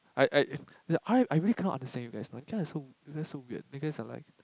I I err r_i I really cannot understand you guys like you guy is so so weird you guys are like